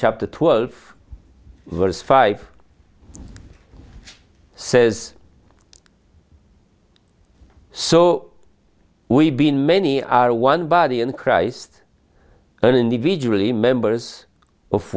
chapter twelve verse five says so we've been many are one body in christ and individually members of